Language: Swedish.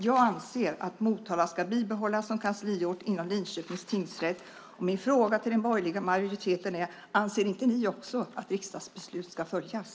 Jag anser att Motala ska bibehållas som kansliort inom Linköpings tingsrätt. Min fråga till den borgerliga majoriteten är: Anser inte ni också att riksdagsbeslut ska följas?